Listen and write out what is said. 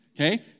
Okay